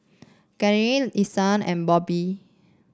Gaither Isai and Bobbi